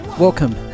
Welcome